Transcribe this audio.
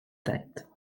tête